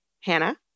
Hannah